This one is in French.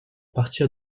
partir